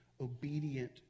obedient